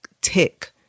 tick